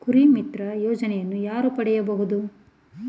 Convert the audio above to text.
ಕುರಿಮಿತ್ರ ಯೋಜನೆಯನ್ನು ಯಾರು ಪಡೆಯಬಹುದು?